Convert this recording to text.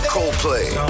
Coldplay